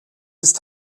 ist